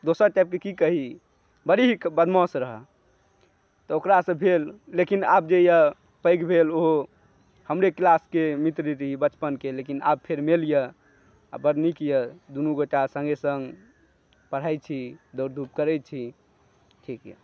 दोसर टाइपके की कही बड़ी ही बदमाश रहै तऽ ओकरासँ भेल लेकिन आब जे अइ पैघ भेल ओहो हमरे क्लासके मित्र रही बचपनके लेकिन आब फेर मेल अइ आ बड़ नीक अइ दुनू गोटा सङ्गे सङ्ग पढै छी दौड़ धूप करै छी ठीक अइ